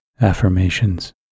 affirmations